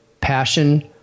passion